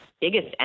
biggest